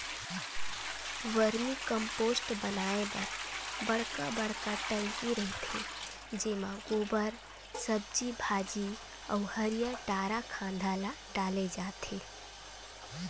vermi compost बनाए बर बड़का बड़का टंकी रहिथे जेमा गोबर, सब्जी भाजी अउ हरियर डारा खांधा ल डाले जाथे